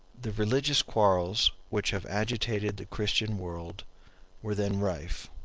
the religious quarrels which have agitated the christian world were then rife.